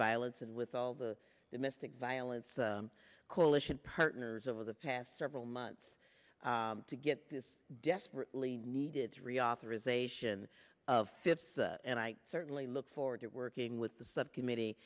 violence and with all the domestic violence the coalition partners over the past several months to get this desperately needed reauthorization of fifths and i certainly look forward to working with the subcommittee